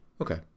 Okay